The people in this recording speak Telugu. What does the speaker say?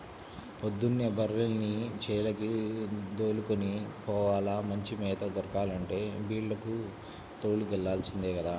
పొద్దున్నే బర్రెల్ని చేలకి దోలుకొని పోవాల, మంచి మేత దొరకాలంటే బీల్లకు తోలుకెల్లాల్సిందే గదా